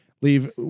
Leave